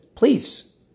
please